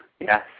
yes